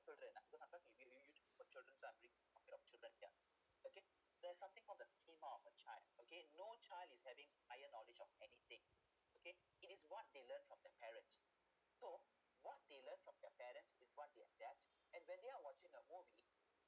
children ah because I'm not you you talk about children ah talking children ya okay there's something call the theme of a child there okay no child is having iron knowledge of anything okay it is what they learn from their parent so what they learn from their parents is what they adapt and when they are watching a movie